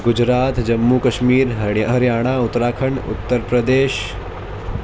گجرات جموں کشمیر ہری ہریانہ اتراکھنڈ اترپردیش